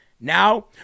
Now